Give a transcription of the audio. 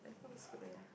house where